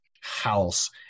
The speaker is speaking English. house